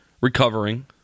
recovering